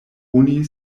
oni